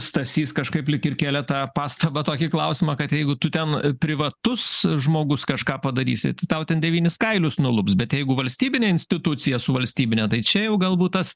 stasys kažkaip lyg ir kėlė tą pastabą tokį klausimą kad jeigu tu ten privatus žmogus kažką padarysi tau ten devynis kailius nulups bet jeigu valstybinė institucija su valstybine tai čia jau galbūt tas